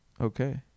Okay